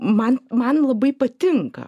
man man labai patinka